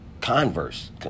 converse